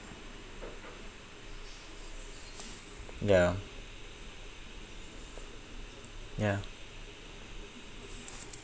ya yeah